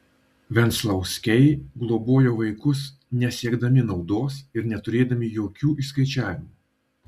venclauskiai globojo vaikus nesiekdami naudos ir neturėdami jokių išskaičiavimų